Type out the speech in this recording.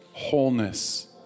wholeness